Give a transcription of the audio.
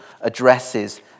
addresses